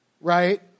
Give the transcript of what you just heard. right